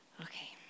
Okay